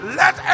let